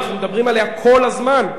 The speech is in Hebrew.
אנחנו מדברים עליה כל הזמן.